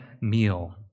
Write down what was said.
meal